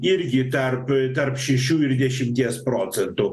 irgi tarp tarp šešių ir dešimties procentų